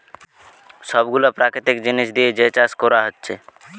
সব গুলা প্রাকৃতিক জিনিস দিয়ে যে চাষ কোরা হচ্ছে